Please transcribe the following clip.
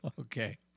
Okay